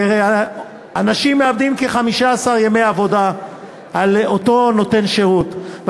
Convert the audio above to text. ואנשים מאבדים כ-15 ימי עבודה על אותו נותן שירות.